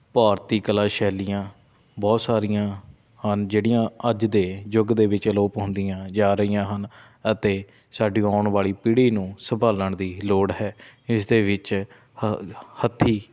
ਭਾਰਤੀ ਕਲਾ ਸ਼ੈਲੀਆਂ ਬਹੁਤ ਸਾਰੀਆਂ ਹਨ ਜਿਹੜੀਆਂ ਅੱਜ ਦੇ ਯੁੱਗ ਦੇ ਵਿੱਚ ਅਲੋਪ ਹੁੰਦੀਆਂ ਜਾ ਰਹੀਆਂ ਹਨ ਅਤੇ ਸਾਡੀ ਆਉਣ ਵਾਲੀ ਪੀੜ੍ਹੀ ਨੂੰ ਸੰਭਾਲਣ ਦੀ ਲੋੜ ਹੈ ਇਸ ਦੇ ਵਿੱਚ ਹ ਹੱਥੀਂ